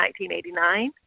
1989